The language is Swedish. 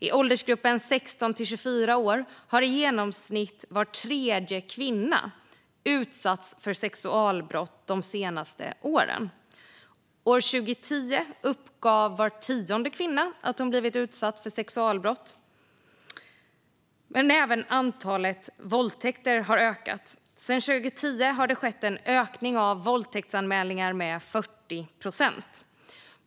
I åldersgruppen 16-24 år har i genomsnitt var tredje kvinna utsatts för sexualbrott de senaste åren. År 2010 uppgav var tionde kvinna att hon blivit utsatt för sexualbrott. Men även antalet våldtäkter har ökat. Sedan 2010 har det skett en ökning av våldtäktsanmälningarna med 40 procent.